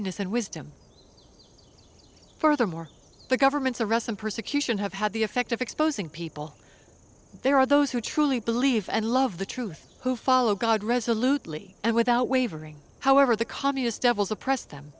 and wisdom furthermore the governments arrest and persecution have had the effect of exposing people there are those who truly believe and love the truth who follow god resolutely and without wavering however the communist devils oppress them